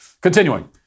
continuing